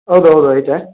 ಹೌದು ಹೌದು ಐತೆ